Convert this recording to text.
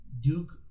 Duke